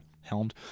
helmed